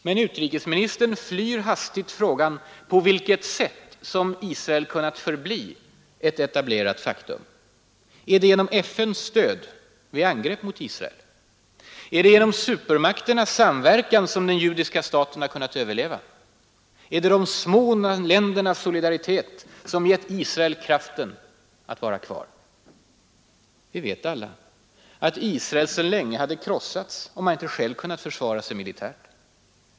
Men utrikesministern flyr hastigt frågan på vilket sätt som Israel kunnat förbli ett ”etablerat faktum”. Är det genom FN:s stöd vid angrepp mot Israel? Är det genom supermakternas samverkan som den judiska staten kunnat överleva? Är det de små ländernas solidaritet som gett Israel kraften att vara kvar? Vi vet alla att Israel redan för länge sedan hade krossats om man inte själv kunnat försvara sig militärt.